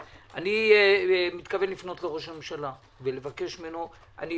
אני מתכוון לפנות לראש הממשלה ולבקש ממנו אני